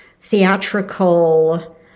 theatrical